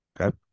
Okay